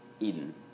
Eden